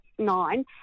nine